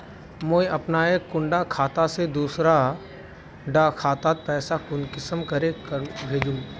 मुई अपना एक कुंडा खाता से दूसरा डा खातात पैसा कुंसम करे भेजुम?